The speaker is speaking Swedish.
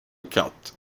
katt